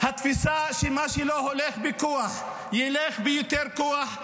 התפיסה שמה שלא הולך בכוח ילך ביותר כוח,